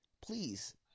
Please